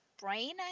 brain